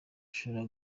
ushobora